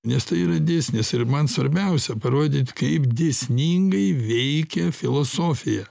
nes tai yra dėsnis ir man svarbiausia parodyt kaip dėsningai veikia filosofija